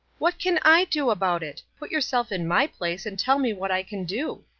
what can i do about it? put yourself in my place and tell me what i can do.